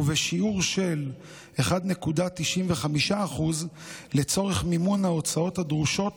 ובשיעור של 1.95% לצורך מימון ההוצאות הדרושות